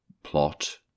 plot